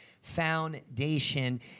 Foundation